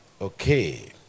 okay